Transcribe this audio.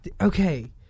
Okay